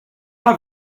are